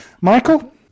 Michael